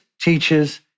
teaches